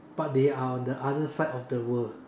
but they are on the other side of the world